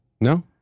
no